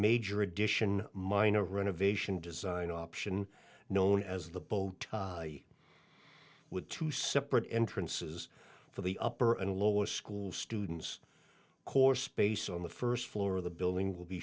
major addition minor renovation design option known as the boat with two separate entrances for the upper and lower school students core space on the first floor of the building will be